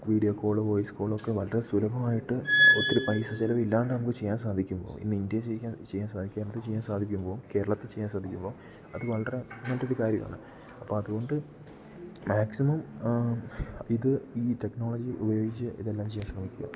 video call voice കോളൊക്കെ വളരെ സുലഭമായിട്ട് ഒത്തിരി പൈസ ചിലവില്ലാതെ നമുക്ക് ചെയ്യാൻ സാധിക്കുമ്പോൾ ഇന്ന് ഇന്ത്യ ചെയ്യുക സാധിക്കുമ്പോൾ കേരളത്തിൽ ചെയ്യുക സാധിക്കുമ്പോൾ അത് വളരെ മറ്റൊരു കാര്യമാണ് അപ്പം അതു കൊണ്ട് മാക്സിമം ഇത് ഈ ടെക്നോളജി ഉപയോഗിച്ചു ഇതെല്ലാം ചെയ്യാൻ ശ്രമിക്കുക